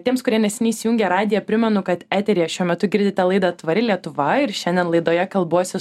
tiems kurie neseniai įsijungė radiją primenu kad eteryje šiuo metu girdite laidą tvari lietuva ir šiandien laidoje kalbuosi